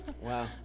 Wow